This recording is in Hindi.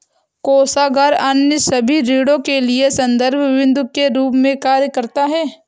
कोषागार अन्य सभी ऋणों के लिए संदर्भ बिन्दु के रूप में कार्य करता है